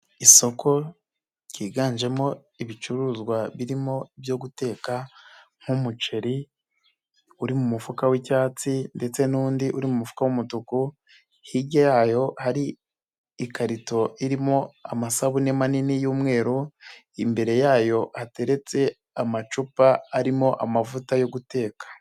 isoko ryiganjemo ibicuruzwa birimo ibyo guteka nk'umuceri, uri mu mufuka w'icyatsi ndetse n'undi uri mufuka w'umutuku, hirya yayo hari ikarito irimo amasabune manini y'umweru, imbere yayo hateretse amacupa arimo amavuta yo guteka.